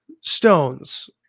stones